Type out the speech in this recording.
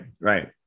right